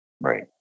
Right